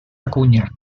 acuña